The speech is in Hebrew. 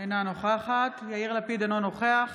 אינה נוכחת יאיר לפיד, אינו נוכח